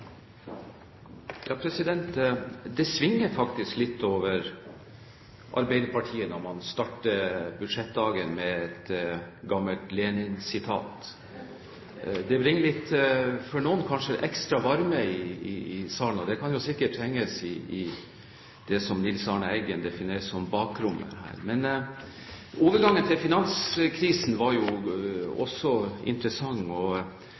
Det svinger faktisk litt over Arbeiderpartiet når man starter budsjettdagen med et gammelt Lenin-sitat. Det bringer litt – for noen kanskje – ekstra varme i salen, og det kan sikkert trenges i det som Nils Arne Eggen definerer som «bakrommet». Men overgangen til finanskrisen var også interessant. Jeg har jo registrert at Arbeiderpartiet og